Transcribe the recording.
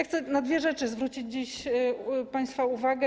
Chcę na dwie rzeczy zwrócić dziś państwa uwagę.